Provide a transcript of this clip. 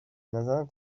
نظرم